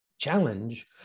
challenge